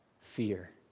fear